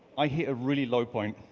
i hit a really low point.